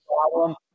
problem